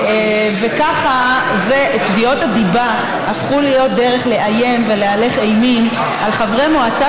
וככה תביעות הדיבה הפכו להיות דרך לאיים ולהלך אימים על חברי מועצה,